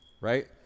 right